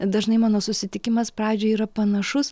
dažnai mano susitikimas pradžioj yra panašus